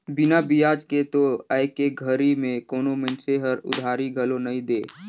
बिना बियाज के तो आयके घरी में कोनो मइनसे हर उधारी घलो नइ दे